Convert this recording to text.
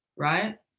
Right